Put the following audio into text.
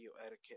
etiquette